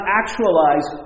actualize